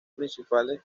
principales